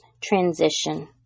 transition